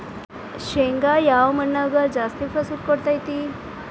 ಶೇಂಗಾ ಯಾವ ಮಣ್ಣಾಗ ಜಾಸ್ತಿ ಫಸಲು ಕೊಡುತೈತಿ?